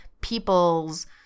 people's